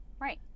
Right